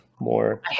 more